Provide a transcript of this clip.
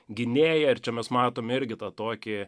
gynėja ir čia mes matom irgi tą tokį